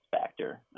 factor